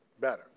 better